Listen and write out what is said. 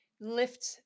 lift